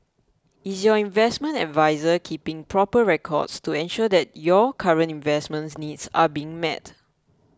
is your investment adviser keeping proper records to ensure that your current investment needs are being met